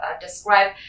describe